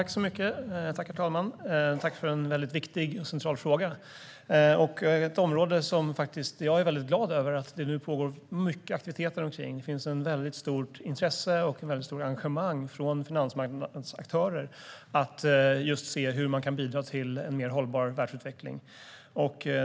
Herr talman! Tack för en väldigt viktig och central fråga! Det här är ett område som jag är väldigt glad över att det nu pågår mycket aktiviteter omkring. Det finns ett stort intresse och starkt engagemang från finansmarknadens aktörer att just se hur man kan bidra till en mer hållbar världsutveckling.